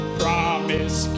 promise